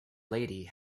lady